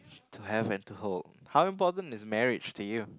to have and to hold how important is marriage to you